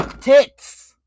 tits